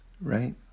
Right